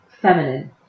feminine